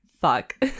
Fuck